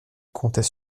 comptait